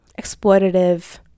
exploitative